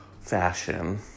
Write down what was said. fashion